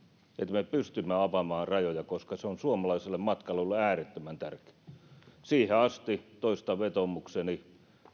me pystymme avaamaan rajoja koska se on suomalaiselle matkailulle äärettömän tärkeää siihen asti toistan vetoomukseni